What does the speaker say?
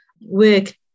work